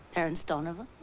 terrance donovan.